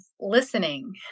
listening